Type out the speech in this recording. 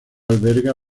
alberga